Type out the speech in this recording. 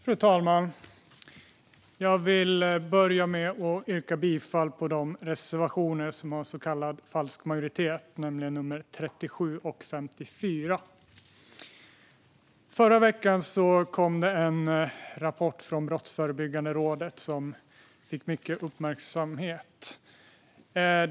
Fru talman! Jag vill börja med att yrka bifall till de reservationer som har så kallad falsk majoritet, nämligen reservationerna 37 och 54. Förra veckan kom det en rapport från Brottsförebyggande rådet som fick mycket uppmärksamhet.